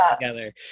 together